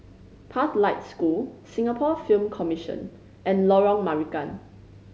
Pathlight School Singapore Film Commission and Lorong Marican